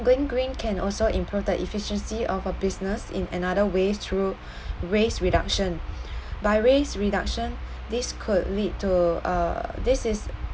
going green can also improve the efficiency of a business in another way through rates reduction by rates reduction this could lead to uh this is